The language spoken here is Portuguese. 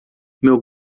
meu